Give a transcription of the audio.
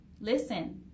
listen